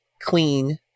clean